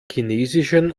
chinesischen